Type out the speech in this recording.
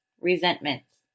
Resentments